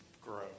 grow